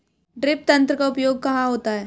Drip तंत्र का उपयोग कहाँ होता है?